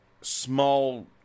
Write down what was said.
small